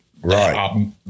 Right